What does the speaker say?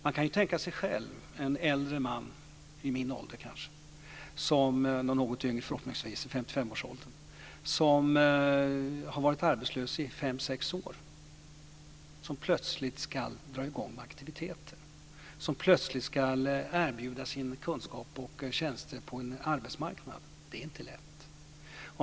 Man kan tänka sig en äldre man, kanske i min ålder eller förhoppningsvis något yngre, i 55-årsåldern, som har varit arbetslös i fem sex år och som plötsligt ska dra i gång med aktiviteter, som plötsligt ska erbjuda sin kunskap och sina tjänster på en arbetsmarknad. Det är inte lätt.